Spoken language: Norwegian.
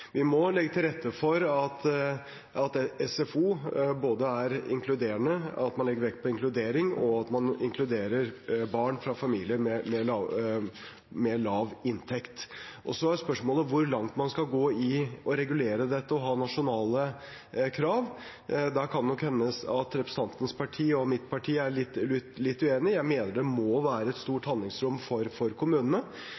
Vi må legge til rette for at SFO er inkluderende, at man legger vekt på inkludering, og at man inkluderer barn fra familier med lav inntekt. Så er spørsmålet hvor langt man skal gå i å regulere dette og ha nasjonale krav. Da kan det nok hende at representantens parti og mitt parti er litt uenige. Jeg mener det må være et stort